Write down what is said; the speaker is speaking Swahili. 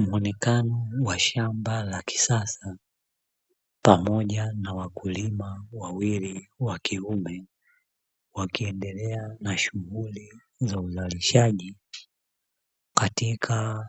Muonekano wa shamba la kisasa pamoja na wakulima wawili wa kiume wakiendelea na shughuli za uzalishaji katika